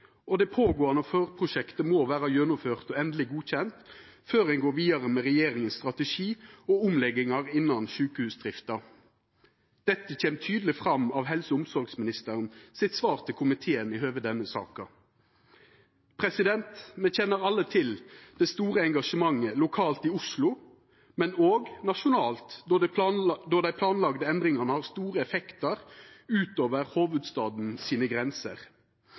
Det pågåande forprosjektet må vera gjennomført og endeleg godkjent før ein går vidare med regjeringa sin strategi og omleggingar innan sjukehusdrifta. Dette kjem tydeleg fram av helse- og omsorgsministeren sitt svar til komiteen i høve denne saka. Me kjenner alle til det store engasjementet lokalt i Oslo, men òg nasjonalt, då dei planlagde endringane har store effektar utover hovudstaden sine grenser.